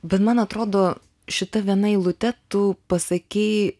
bet man atrodo šita viena eilute tu pasakei